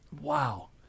Wow